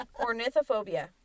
Ornithophobia